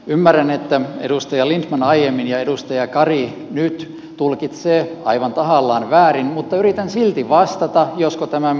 ymmärrän että edustaja lindtman aiemmin ja edustaja kari nyt tulkitsevat aivan tahallaan väärin mutta yritän silti vastata josko tämä menisi perille